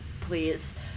please